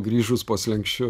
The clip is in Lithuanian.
grįžus po slenksčiu